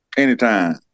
Anytime